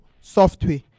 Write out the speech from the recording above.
software